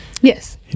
Yes